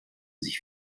sich